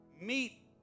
Meet